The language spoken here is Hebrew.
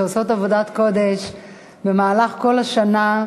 שעושות עבודת קודש כל השנה,